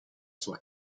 sua